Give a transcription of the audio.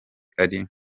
ari